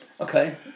Okay